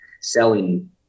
selling